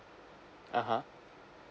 (uh huh)